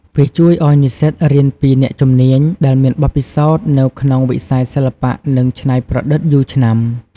វាជួយឲ្យនិស្សិតរៀនពីអ្នកជំនាញ ដែលមានបទពិសោធន៍នៅក្នុងវិស័យសិល្បៈនិងច្នៃប្រឌិតយូរឆ្នាំ។